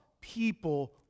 people